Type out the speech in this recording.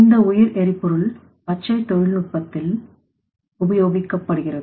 இந்த உயிர் எரிபொருள் பச்சை தொழில்நுட்பத்தில்உபயோகிக்கப்படுகிறது